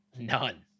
None